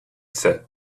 said